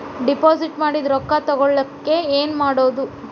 Deposit ಮಾಡಿದ ರೊಕ್ಕ ತಗೋಳಕ್ಕೆ ಏನು ಮಾಡೋದು?